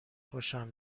خوشم